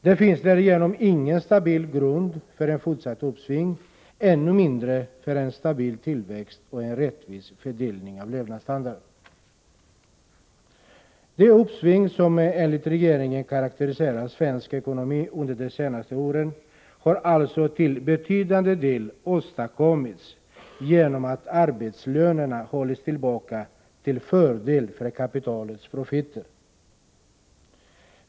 Det finns därigenom ingen stabil grund för ett fortsatt uppsving, ännu mindre för en stabil tillväxt och en rättvis fördelning av levnadsstandarden. Det uppsving som enligt regeringen karakteriserar svensk ekonomi under de senare åren har alltså till betydande del åstadkommits genom att arbetslönerna har hållits tillbaka till förmån för kapitalets profiter.